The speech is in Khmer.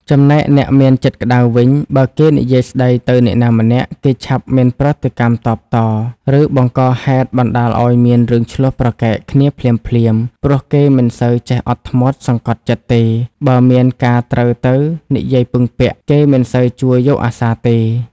ចំណែកអ្នកមានចិត្តក្តៅវិញ បើគេនិយាយស្ដីទៅអ្នកណាម្នាក់ គេឆាប់មានប្រតិកម្មតបត ឫបង្កហេតុបណ្ដាលឲ្យមានរឿងឈ្លោះប្រកែកគ្នាភ្លាមៗ ព្រោះគេមិនសូវចេះអត់ធ្មត់ សង្កត់ចិត្តទេ បើមានការត្រូវទៅនិយាយពឹងពាក់ គេមិនសូវជួយយកអាសារទេ ។